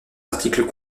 articles